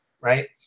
right